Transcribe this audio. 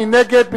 מי נגד?